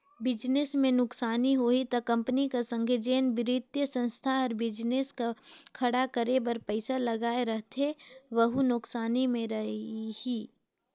business में नुकसानी होही ता कंपनी कर संघे जेन बित्तीय संस्था हर बिजनेस ल खड़ा करे बर पइसा लगाए रहथे वहूं नुकसानी में रइही